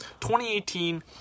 2018